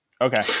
Okay